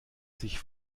sich